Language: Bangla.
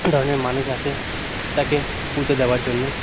ধরনের মানুষ আসে তাকে পুজো দেওয়ার জন্য